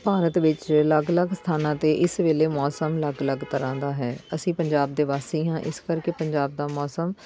ਭਾਰਤ ਵਿੱਚ ਅਲੱਗ ਅਲੱਗ ਸਥਾਨਾਂ 'ਤੇ ਇਸ ਵੇਲੇ ਮੌਸਮ ਅਲੱਗ ਅਲੱਗ ਤਰ੍ਹਾਂ ਦਾ ਹੈ ਅਸੀਂ ਪੰਜਾਬ ਦੇ ਵਾਸੀ ਹਾਂ ਇਸ ਕਰਕੇ ਪੰਜਾਬ ਦਾ ਮੌਸਮ